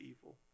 evil